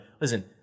Listen